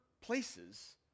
places